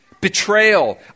betrayal